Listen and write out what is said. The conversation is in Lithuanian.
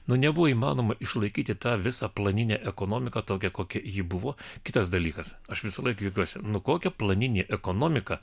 nu nebuvo įmanoma išlaikyti tą visą planinę ekonomiką tokią kokia ji buvo kitas dalykas aš visą laiką juokiuos nu kokia planinė ekonomika